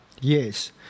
Yes